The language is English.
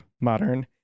modern